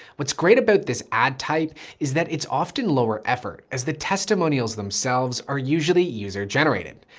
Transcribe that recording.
what's great about this ad type is that it's often lower effort as the testimonials themselves are usually user generated,